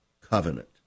covenant